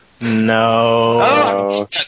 no